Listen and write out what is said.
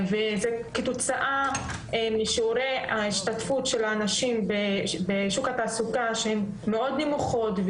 גם כתוצאה משיעורי ההשתתפות של הנשים בשוק התעסוקה שהם מאוד נמוכים,